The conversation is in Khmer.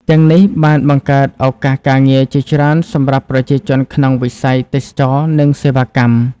ទាំងនេះបានបង្កើតឱកាសការងារជាច្រើនសម្រាប់ប្រជាជនក្នុងវិស័យទេសចរណ៍ និងសេវាកម្ម។